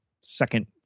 second